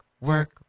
work